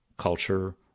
culture